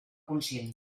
conscient